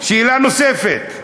שאלה נוספת: